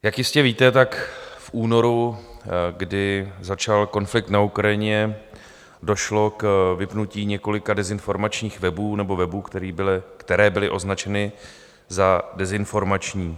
Jak jistě víte, tak v únoru, kdy začal konflikt na Ukrajině, došlo k vypnutí několika dezinformačních webů, nebo webů, které byly označeny za dezinformační.